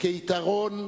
כיתרון